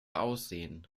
aussehen